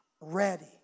ready